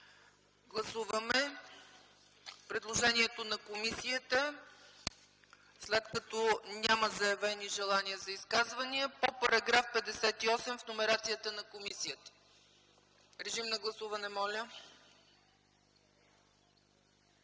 Гласуваме предложението на комисията, след като няма заявени желания за изказвания, по § 58 в номерацията на комисията. Гласували